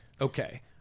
okay